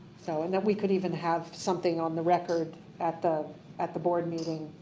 so. and that we could even have something on the record at the at the board meeting,